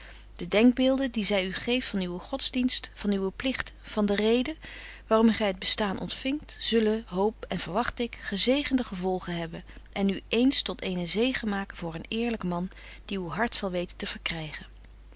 de denkbeelden die zy u geeft van uwen godsdienst van uwe pligten van de reden waarom gy het bestaan ontfingt zullen hoop en verwagt ik gezegende gevolgen hebben en u eens tot eenen zegen maken voor een eerlyk man die uw hart zal weten te verkrygen